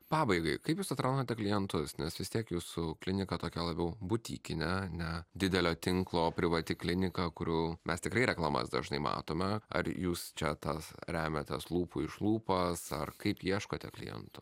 pabaigai kaip jūs atrandate klientus nes vis tiek jūsų klinika tokia labiau butikinė ne didelio tinklo privati kliniką kurių mes tikrai reklamas dažnai matome ar jūs čia tas remiatės lūpų iš lūpas ar kaip ieškote klientų